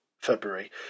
February